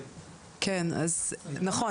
מצגת?